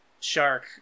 shark